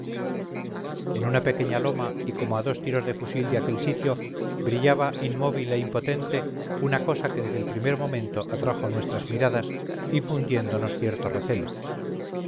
en una pequeña loma y como a dos tiros de fusil de aquel sitio brillaba inmóvil e imponente una cosa que desde el primer momento atrajo nuestras miradas infundiéndonos cierto recelo